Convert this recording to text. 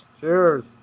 Cheers